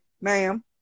ma'am